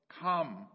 come